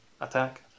attack